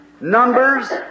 Numbers